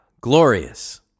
glorious